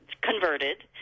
converted